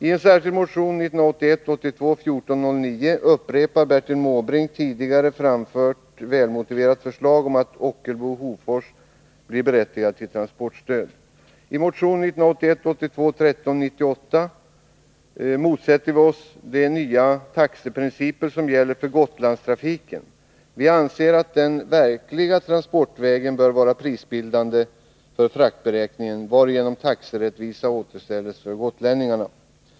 I motion 1981/82:1398 motsätter vi oss de nya taxeprinciper som gäller för Gotlandstrafiken. Vi anser att den verkliga transportvägen bör vara prisbildande för fraktberäkningen, varigenom taxerättvisa återställes för gotlänningarna.